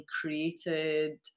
created